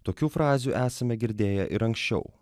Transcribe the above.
tokių frazių esame girdėję ir anksčiau